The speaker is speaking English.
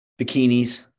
bikinis